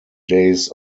days